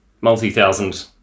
multi-thousand